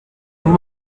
vous